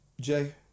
Jay